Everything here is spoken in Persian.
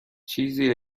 چیزی